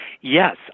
yes